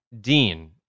Dean